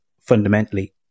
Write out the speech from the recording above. fundamentally